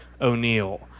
O'Neill